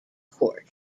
court